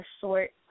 short